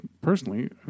personally